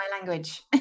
language